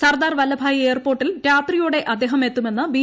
സർദാർ വല്ലഭായി എയർപോർട്ടിൽ രാത്രിയോടെ അദ്ദേഹം എത്തുമെന്ന് ബി